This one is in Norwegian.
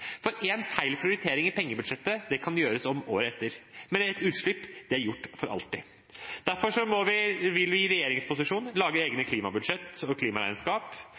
for en feil prioritering i pengebudsjettet kan gjøres om året etter, men et utslipp er gjort for alltid. Derfor vil vi i regjeringsposisjon lage egne klimabudsjett og klimaregnskap,